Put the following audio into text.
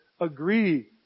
agree